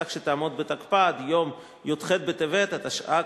כך שתעמוד בתוקפה עד יום י"ח בטבת התשע"ג,